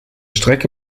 strecke